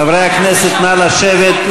חברי הכנסת, נא לשבת.